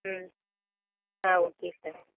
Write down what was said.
ம் ஆ okay sir